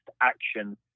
action